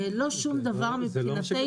לא שום דבר מבחינתנו.